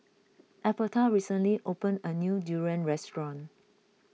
Alberta recently opened a new durian restaurant